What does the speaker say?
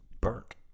burnt